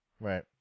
Right